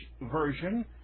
version